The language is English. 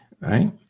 right